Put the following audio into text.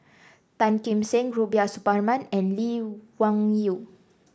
Tan Kim Seng Rubiah Suparman and Lee Wung Yew